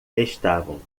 estavam